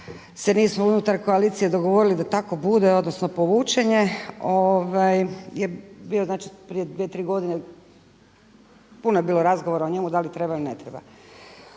se nismo unutar koalicije dogovorili da tako bude odnosno povučen je. Jer bio je prije dvije, tri godine, puno je bilo razgovora o njemu da li treba ili ne treba.